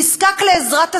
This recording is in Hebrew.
נזקק לעזרת הזולת,